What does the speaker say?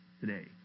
today